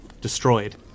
destroyed